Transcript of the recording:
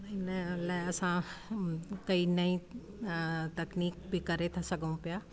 हिन लाइ असां कई नई तकनीक बि करे था सघूं पिया